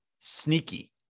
Sneaky